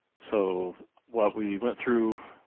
so what we went through